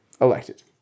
elected